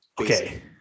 Okay